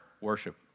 worship